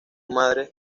madre